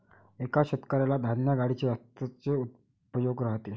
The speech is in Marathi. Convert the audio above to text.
एका शेतकऱ्याला धान्य गाडीचे जास्तच उपयोग राहते